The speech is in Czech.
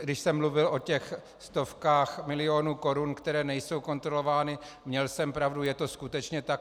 Když jsem mluvil o těch stovkách milionů korun, které nejsou kontrolovány, měl jsem pravdu, je to skutečně tak.